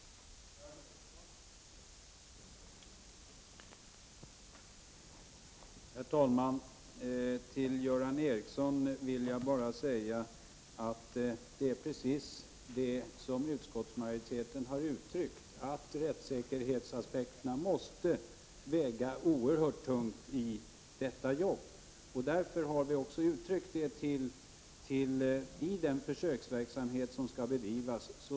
Vissa påföljds